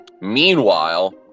meanwhile